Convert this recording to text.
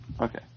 Okay